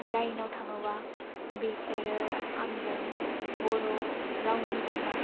जायनाव थाङोब्ला बिसोरो आंजों बर' रावनि जायगा